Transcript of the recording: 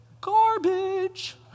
Garbage